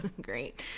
great